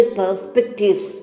perspectives